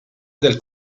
del